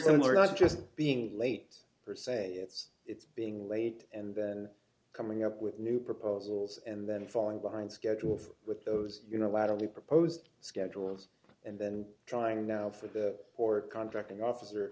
similar not just being late for say it's it's being late and then coming up with new proposals and then falling behind schedule with those you know a lot of the proposed schedules and then trying now for the port contracting officer